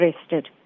arrested